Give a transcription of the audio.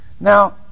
Now